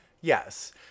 Yes